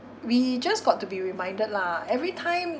we just got to be reminded lah every time